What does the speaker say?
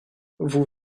vous